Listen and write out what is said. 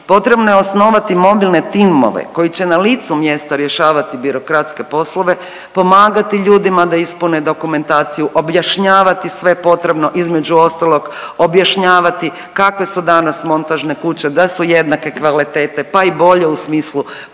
Potrebno je osnovati mobilne timove koji će na listu mjesta rješavati birokratske poslove, pomagati ljudima da ispune dokumentaciju, objašnjavati sve potrebno između ostalog objašnjavati kakve su danas montažne kuće, da su jednake kvalitete, pa i bolje u smislu potresne